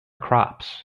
crops